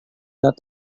tak